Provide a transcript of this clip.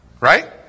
Right